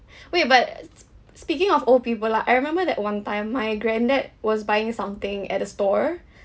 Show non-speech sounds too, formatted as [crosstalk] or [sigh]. [breath] wait but sp~ speaking of old people like I remember that one time my granddad was buying something at a store [breath]